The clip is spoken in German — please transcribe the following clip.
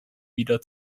wieder